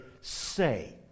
say